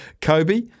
Kobe